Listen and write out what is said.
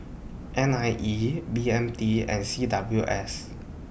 N I E B M T and C W S